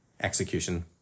execution